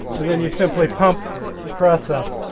and then you simply pump the press up.